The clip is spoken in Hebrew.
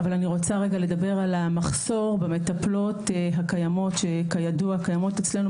אבל אני רוצה רגע לדבר על המחסור במטפלות הקיימות שכידוע קיימות אצלנו,